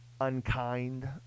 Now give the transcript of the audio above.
unkind